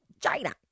China